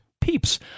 Peeps